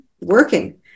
working